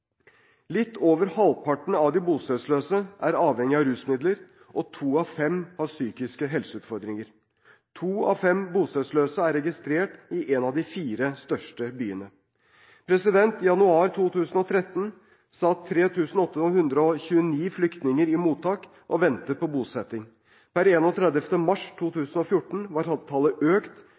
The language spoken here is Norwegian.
Litt over halvparten av de bostedsløse er avhengig av rusmidler, og to av fem har psykiske helseutfordringer. To av fem bostedsløse er registrert i en av de fire største byene. Den 1. januar 2013 satt 3 829 flyktninger i mottak og ventet på bosetting. Per 31. mars 2014 var tallet økt